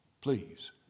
please